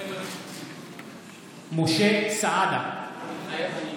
מתחייב אני משה סעדה, מתחייב אני